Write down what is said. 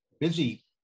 busy